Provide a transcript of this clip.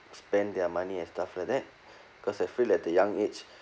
spend their money and stuff like that because I feel that the young age